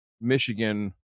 Michigan